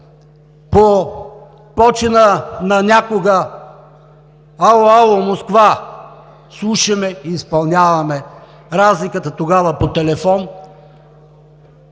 по почина на някога: „Ало, ало, Москва, слушаме и изпълняваме!“ Разликата – тогава по телефон,